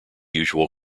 usual